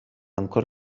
ancor